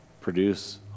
produce